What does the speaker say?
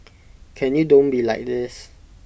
can you don't be like this